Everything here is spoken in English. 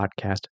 podcast